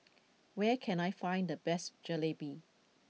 where can I find the best Jalebi